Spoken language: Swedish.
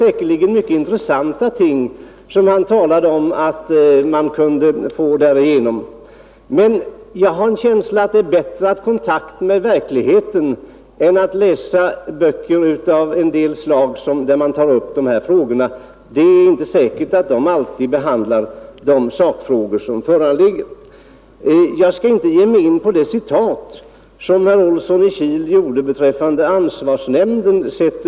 Många intressanta ting som han talade om kan man säkerligen få veta genom att läsa, men jag har en känsla av att det är bättre att ha kontakt med verkligheten än att läsa böcker av det slag där de här frågorna tas upp; det är inte säkert att de alltid behandlar de sakfrågor som föreligger. Nr 56 Jag skall inte ge mig in på herr Olssons citat beträffande ansvars Onsdagen den nämnden.